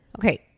Okay